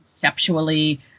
conceptually